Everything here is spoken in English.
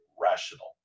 rational